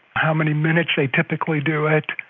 how many minutes they typically do it,